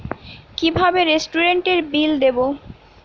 কিভাবে রেস্টুরেন্টের বিল দেবো?